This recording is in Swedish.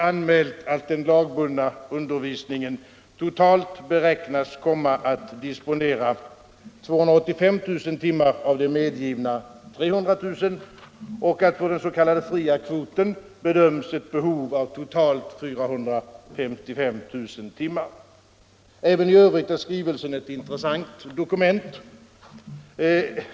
—- anmält att den lagbundna undervisningen totalt beräknas komma att disponera 285 000 timmar av de medgivna 300 000 och att på den s.k. fria kvoten bedöms ett behov av totalt 455 000 timmar. Även i övrigt är skrivelsen ett intressant dokument.